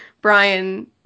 Brian